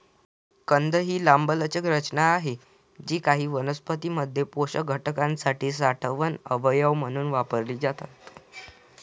कंद ही लांबलचक रचना आहेत जी काही वनस्पतीं मध्ये पोषक घटकांसाठी साठवण अवयव म्हणून वापरली जातात